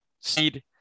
seed